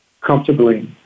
comfortably